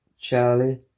Charlie